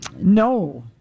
No